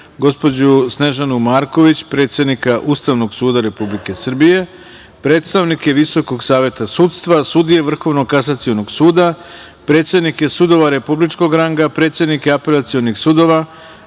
gospođu Snežanu Marković, predsednika Ustavnog suda Republike Srbije, predstavnike Visokog saveta sudstva, sudije Vrhovnog kasacionog suda, predsednike sudova republičkog ranga, predsednike apelacionih sudova,